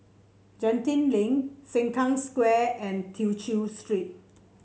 Genting Link Sengkang Square and Tew Chew Street